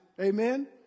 amen